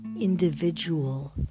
individual